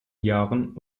jahren